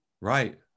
right